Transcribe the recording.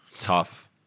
Tough